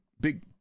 big